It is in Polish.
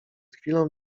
chwilą